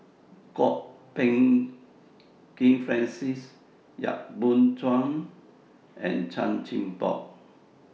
Kwok Peng Kin Francis Yap Boon Chuan and Chan Chin Bock